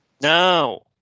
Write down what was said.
No